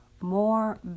more